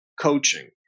coaching